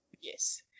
Yes